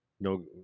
no